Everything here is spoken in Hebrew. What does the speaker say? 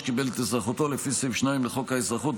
שקיבל את אזרחותו לפי סעיף 2 לחוק האזרחות,